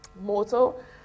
motor